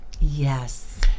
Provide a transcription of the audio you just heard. Yes